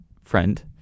friend